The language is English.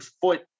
foot